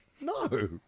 No